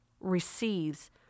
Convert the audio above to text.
receives